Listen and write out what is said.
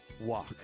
walk